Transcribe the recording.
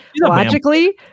logically